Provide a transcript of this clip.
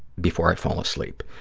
before i fall asleep.